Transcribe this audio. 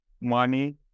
money